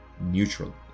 neutral